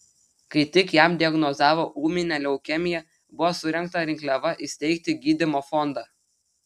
kai tik jam diagnozavo ūminę leukemiją buvo surengta rinkliava įsteigti gydymo fondą